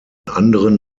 anderen